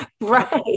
Right